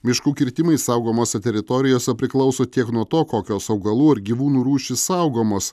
miškų kirtimai saugomose teritorijose priklauso tiek nuo to kokios augalų ir gyvūnų rūšys saugomos